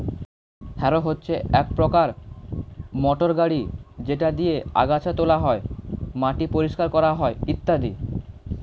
harrow হচ্ছে এক প্রকার মোটর গাড়ি যেটা দিয়ে আগাছা তোলা হয়, মাটি পরিষ্কার করা হয় ইত্যাদি